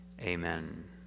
Amen